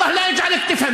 אלוהים לא גורם לך להבין?)